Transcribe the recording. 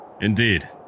Indeed